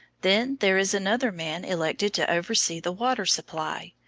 then there is another man elected to oversee the water supply,